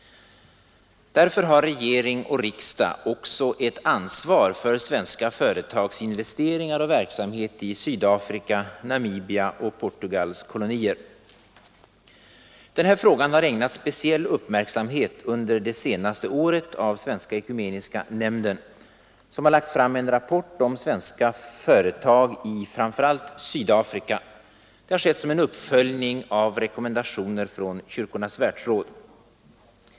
Därför har regering och riksdag ett ansvar också för svenska företags investeringar och verksamhet i Sydafrika, Namibia och Portugals kolonier, Den här frågan har ägnats speciell uppmärksamhet under det senaste året av Svenska ekumeniska nämnden, som lagt fram en rapport om svenska företag i framför allt Sydafrika. Det har skett som en uppföljning av rekommendationer från Kyrkornas världsråd.